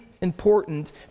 important